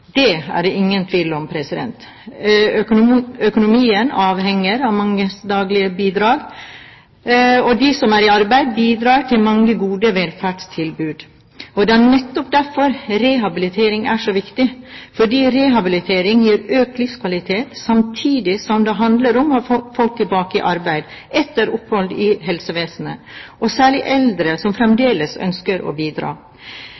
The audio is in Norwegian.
Det er det ingen tvil om. Økonomien avhenger av manges daglige bidrag, og de som er i arbeid, bidrar til mange gode velferdstilbud. Det er nettopp derfor rehabilitering er så viktig, for rehabilitering gir økt livskvalitet samtidig som det handler om å få folk tilbake i arbeid etter opphold i helsevesenet, det gjelder særlig eldre som